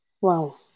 Wow